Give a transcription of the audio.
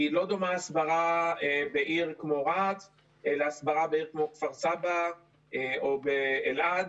כי לא דומה ההסברה בעיר כמו רהט להסברה בעיר כמו כפר סבא או באלעד.